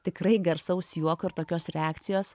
tikrai garsaus juoko ir tokios reakcijos